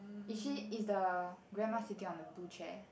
is she is the grandma sitting on the blue chair